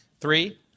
Three